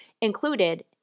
included